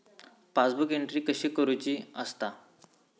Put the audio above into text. Passbook entry कशी करुची असता?